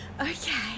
okay